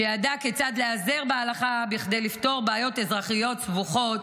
שידע כיצד להיעזר בהלכה בכדי לפתור בעיות אזרחיות סבוכות